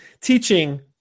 teaching